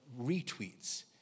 retweets